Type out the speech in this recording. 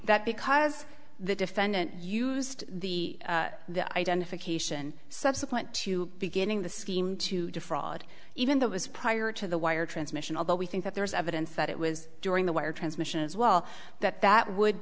that because the defendant used the the identification subsequent to beginning the scheme to defraud even that was prior to the wire transmission although we think that there is evidence that it was during the wired transmission as well that that would